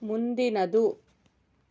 ಮುಂದಿನದು